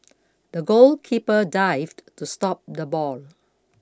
the goalkeeper dived to stop the ball